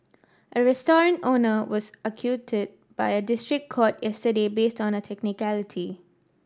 a restaurant owner was acquitted by a district court yesterday based on a technicality